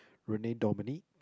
Renee-Dominique